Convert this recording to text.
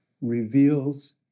reveals